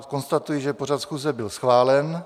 Konstatuji, že pořad schůze byl schválen.